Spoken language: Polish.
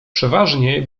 przeważnie